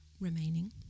remaining